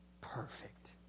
perfect